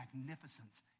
magnificence